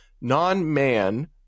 non-man